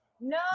no